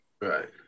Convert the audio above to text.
Right